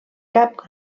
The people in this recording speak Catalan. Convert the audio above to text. cap